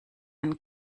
einen